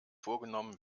vorgenommen